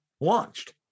launched